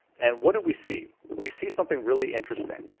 and what do we see we see something really interesting.